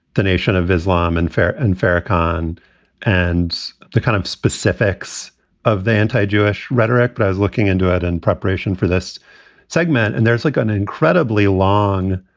the nation of islam and fair and farrakhan and the kind of specifics of the anti jewish rhetoric, but i was looking into it and preparation for this segment and there's like an incredibly long,